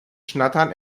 schnattern